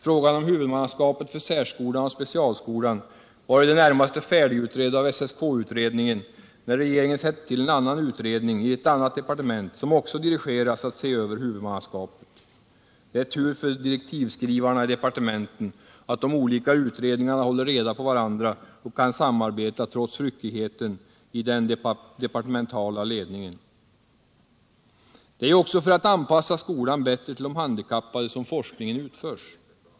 Frågan om huvudmannaskapet för särskolan och specialskolan var i det närmaste färdigutredd av SSK-utredningen när regeringen satte till en annan utredning i ett annat departement som också dirigeras att se över huvudmannaskapet. Det är tur för direktivskrivarna i departementen att de olika utredningarna håller reda på varandra och kan samarbeta trots ryckigheten i den departementala ledningen. Det är ju också för att anpassa skolan bättre till de handikappade som forskningen utförs.